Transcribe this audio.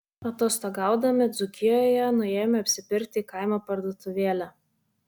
atostogaudami dzūkijoje nuėjome apsipirkti į kaimo parduotuvėlę